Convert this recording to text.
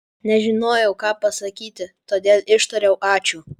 nežinojau ką pasakyti todėl ištariau ačiū